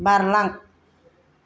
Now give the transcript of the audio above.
बारलां